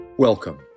Welcome